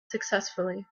successfully